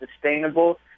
sustainable